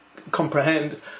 comprehend